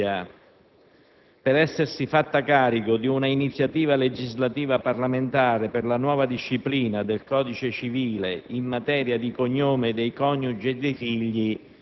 Signor Presidente, signor Sottosegretario, onorevoli colleghi,